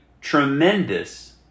tremendous